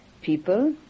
people